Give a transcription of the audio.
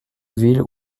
ville